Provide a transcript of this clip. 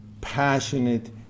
passionate